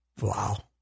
Wow